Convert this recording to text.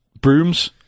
Brooms